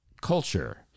culture